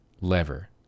lever